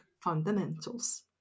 Fundamentals